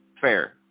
fair